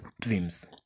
dreams